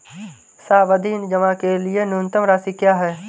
सावधि जमा के लिए न्यूनतम राशि क्या है?